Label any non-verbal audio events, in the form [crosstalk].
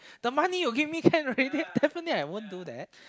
the money you give me can already [laughs] definitely I won't do that